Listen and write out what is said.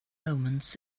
omens